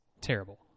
Terrible